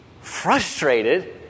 frustrated